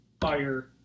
fire